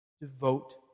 devote